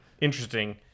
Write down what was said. Interesting